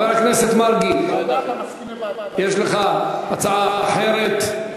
חבר הכנסת מרגי, יש לך הצעה אחרת?